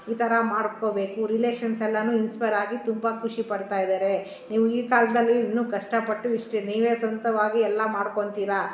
ಈ ಥರ ಮಾಡಿಕೋಬೇಕು ರಿಲೇಷನ್ಸ್ ಎಲ್ಲಾ ಇನ್ಸ್ಪೈರಾಗಿ ತುಂಬ ಖುಷಿಪಡ್ತಾಯಿದಾರೆ ನೀವು ಈ ಕಾಲದಲ್ಲಿ ಇನ್ನು ಕಷ್ಟಪಟ್ಟು ಇಷ್ಟೇ ನೀವೇ ಸ್ವಂತವಾಗಿ ಎಲ್ಲಾ ಮಾಡ್ಕೊಂತೀರಾ